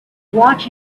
watch